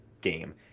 game